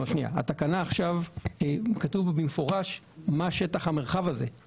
בתקנה עכשיו כתוב במפורש מה שטח המרחב הזה.